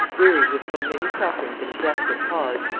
wearied with so many sufferings in a desperate cause,